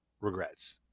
regrets